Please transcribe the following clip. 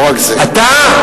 אתה?